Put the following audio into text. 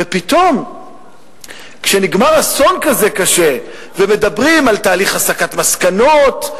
ופתאום כשנגמר אסון כזה קשה ומדברים על תהליך הסקת מסקנות,